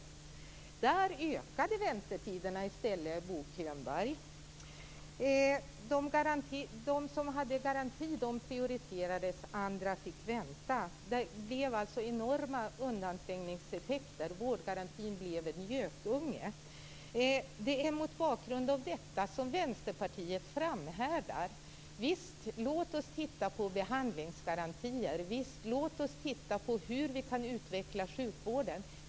För dessa människor ökade väntetiderna i stället, Bo Könberg. Människor med sjukdomstillstånd som omfattades av vårdgarantin prioriterades medan andra fick vänta. Det blev alltså enorma undanträngningseffekter. Vårdgarantin blev en gökunge. Det är mot denna bakgrund som Vänsterpartiet framhärdar i att vi visst skall titta på behandlingsgarantier och på hur vi kan utveckla sjukvården.